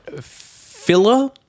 filler